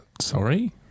Sorry